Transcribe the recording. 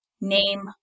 name